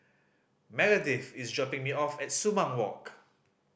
Meredith is dropping me off at Sumang Walk